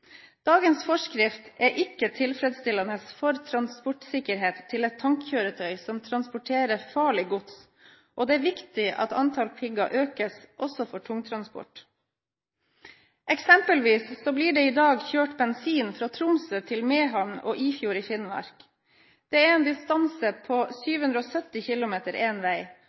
Dagens forskrift er ikke tilfredsstillende for transportsikkerheten til et tankkjøretøy som transporterer farlig gods, og det er viktig at antall pigger økes også for tungtransport. Eksempelvis blir det i dag kjørt bensin fra Tromsø til Mehamn og Ifjord i Finnmark – det er en distanse på 770 km én vei.